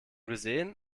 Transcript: gesehen